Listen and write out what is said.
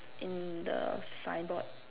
in the signboard